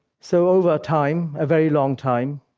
so over time, a very long time,